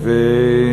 תודה רבה.